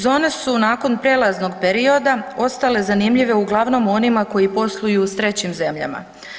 Zone su nakon prelaznog perioda ostale zanimljive uglavnom onima koji posluju s trećim zemljama.